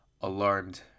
alarmed